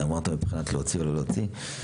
אמרת מבחינת להוציא או לא להוציא.